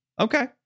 okay